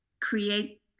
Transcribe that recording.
create